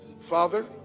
Father